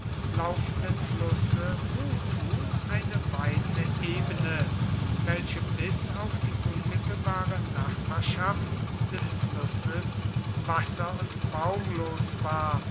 laufenden flusse muthul eine weite ebene welche bis auf die unmittelbare nachbarschaft des flusses wasser und baumlos war